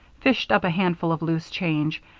fished up a handful of loose change,